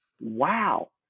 wow